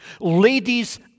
Ladies